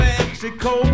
Mexico